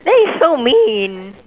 that is so mean